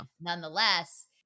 nonetheless